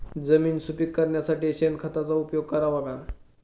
जमीन सुपीक करण्यासाठी शेणखताचा उपयोग करावा का?